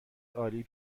عالی